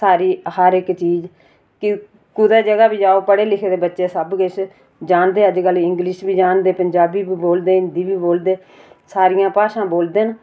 साढ़ी हर इक्क चीज कुतै जगह बी जाओ पढ़े लिखे दे बच्चे सब किश जानदे अजकल इंग्लिश बी जानदे पंजाबी बी बोलदे हिंदी बी बोलदे सारियां भाषां बोलदे न